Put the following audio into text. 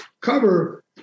cover